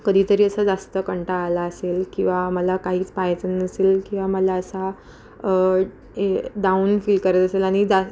कधीतरी असा जास्त कंटाळा आला असेल किंवा मला काहीच पाहायचं नसेल किंवा मला असा डाऊन फील करत असेल आणि जास्ती